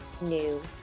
new